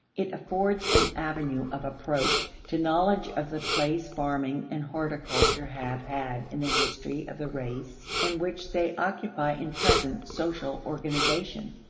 it affords an avenue of approach to knowledge of the place farming and horticulture have had in the history of the race and which they occupy in present social organization.